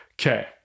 Okay